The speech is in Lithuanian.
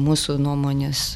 mūsų nuomonės